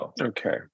Okay